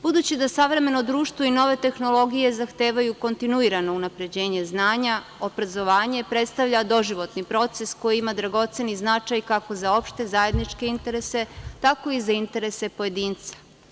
Budući da savremeno društvo i nove tehnologije zahtevaju kontinuirano unapređenje znanja, obrazovanja predstavlja doživotni proces koji ima dragoceni značaj, kako za opšte zajedničke interese, tako i za interese pojedinca.